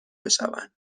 بشوند